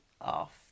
off